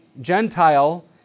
Gentile